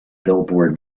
billboard